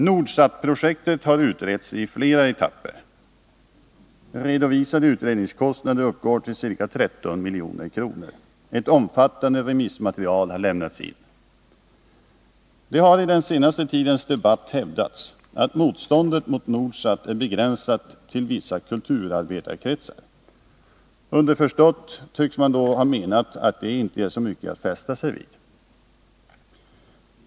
Nordsatprojektet har nu utretts i flera etapper. Redovisade utredningskostnader uppgår till ca 13 milj.kr. Ett omfattande remissmaterial har lämnats in. Det har i den senaste tidens debatt hävdats att motståndet mot Nordsat är begränsat till vissa kulturarbetarkretsar. Underförstått tycks man mena att det inte är så mycket att fästa sig vid.